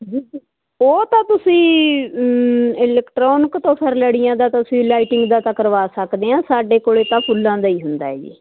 ਉਹ ਤਾਂ ਤੁਸੀਂ ਇਲੈਕਟਰੋਨਿਕ ਤੋਂ ਫਿਰ ਲੜੀਆਂ ਦਾ ਤੁਸੀਂ ਲਾਈਟਿੰਗ ਦਾ ਤਾਂ ਕਰਵਾ ਸਕਦੇ ਆ ਸਾਡੇ ਕੋਲ ਤਾਂ ਫੁੱਲਾਂ ਦਾ ਹੀ ਹੁੰਦਾ ਜੀ